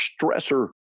stressor